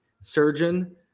surgeon